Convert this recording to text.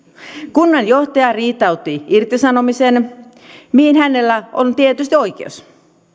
kunnanjohtaja riitautti irtisanomisen mihin hänellä on tietysti oikeus